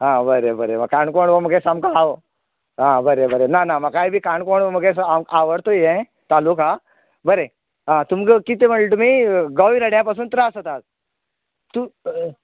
आं बरें काणकोण हो मुगे सामको आव आं बरें बरें ना ना म्हाकाय बी काणकोण मुगे सामको आवडतो ये तालुका बरें तुमका कितें म्हणले तुमी गोवे रेड्या पसून त्रास जातात तूं